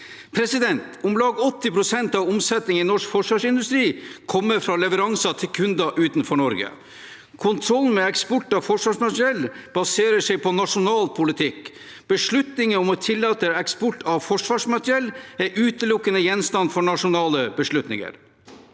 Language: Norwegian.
Om lag 80 pst. av omsetningen i norsk forsvarsindustri kommer fra leveranser til kunder utenfor Norge. Kontrollen med eksport av forsvarsmateriell baserer seg på nasjonal politikk. Beslutninger om å tillate eksport av forsvarsmateriell er utelukkende gjenstand for nasjonale beslutninger.